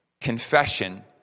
confession